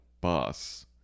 bus